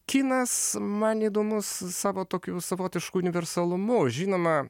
kinas man įdomus savo tokiu savotišku universalumu žinoma